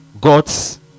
God's